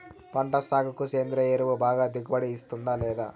పంట సాగుకు సేంద్రియ ఎరువు బాగా దిగుబడి ఇస్తుందా లేదా